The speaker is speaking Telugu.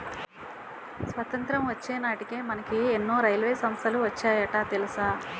స్వతంత్రం వచ్చే నాటికే మనకు ఎన్నో రైల్వే సంస్థలు వచ్చేసాయట తెలుసా